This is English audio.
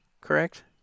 correct